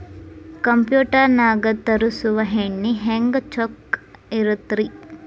Computer ನಾಗ ತರುಸುವ ಎಣ್ಣಿ ಹೆಂಗ್ ಚೊಕ್ಕ ಇರತ್ತ ರಿ?